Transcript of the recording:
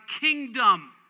kingdom